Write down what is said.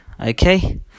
Okay